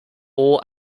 all